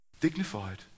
dignified